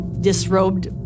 disrobed